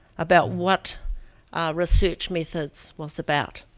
about what research methods was about.